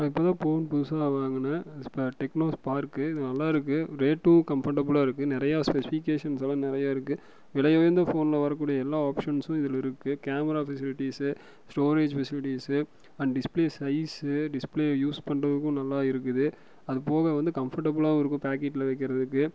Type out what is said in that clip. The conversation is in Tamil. நான் இப்போதுதான் ஃபோன் புதுசாக வாங்குனேன் டெக்னோ ஸ்பார்க்கு இது நல்லாயிருக்குது ரேட்டும் கம்ஃபோர்ட்டபிலாக இருக்குது நிறைய ஸ்பெசிஃபிகேஷன்லாம் நிறைய இருக்குது விலையுயர்ந்த ஃபோனில் வரக்கூடிய எல்லா ஆப்ஷன்சும் இதில் இருக்குது camera facilities storage facilities and display size display use பண்ணுறதுக்கு நல்லா இருக்குது அது போக வந்து கம்போர்ட்டபிலாகவும் இருக்கும் பேக்கெட்டில் வைக்கிறதுக்கு